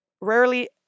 Rarely